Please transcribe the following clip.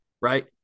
right